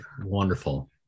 Wonderful